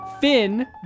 Finn